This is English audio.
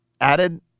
Added